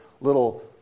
little